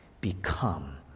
become